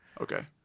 Okay